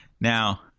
Now